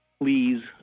please